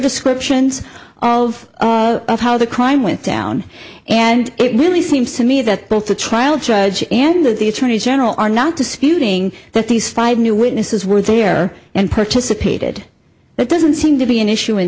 descriptions of how the crime went down and it really seems to me that both the trial judge and the attorney general are not disputing that these five new witnesses were there and participated that doesn't seem to be an issue in